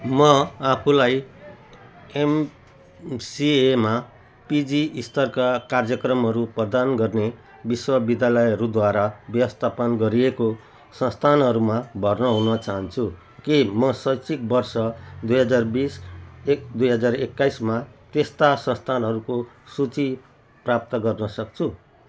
म आफूलाई एमसिएमा पिजी स्तरका कार्यक्रमहरू प्रदान गर्ने विश्वविद्यालयहरूद्वारा व्यवस्थापन गरिएको संस्थानहरूमा भर्ना हुन चाहन्छु के म शैक्षिक वर्ष दुई हजार बिस दुई हजार एक्काइसमा त्यस्ता संस्थानहरूको सूची प्राप्त गर्न सक्छु